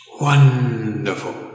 Wonderful